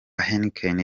heineken